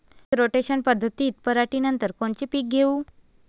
पीक rotation पद्धतीत पराटीनंतर कोनचे पीक घेऊ?